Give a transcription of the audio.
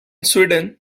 sweden